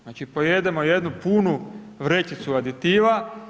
Znači pojedemo jednu punu vrećicu aditiva.